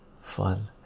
fun